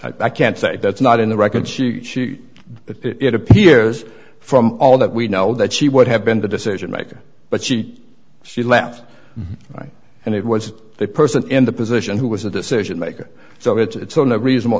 i can't say that's not in the record she it appears from all that we know that she would have been the decision maker but she she left right and it was the person in the position who was the decision maker so it's only a reasonable